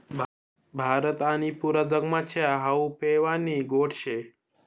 भारत आणि पुरा जगमा च्या हावू पेवानी गोट शे